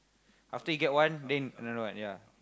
after you get one then another one